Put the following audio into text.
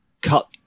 cut